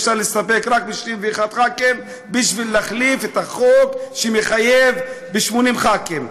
אפשר להסתפק רק ב-61 ח"כים בשביל להחליף את החוק שמחייב ב-80 ח"כים.